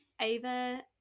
Ava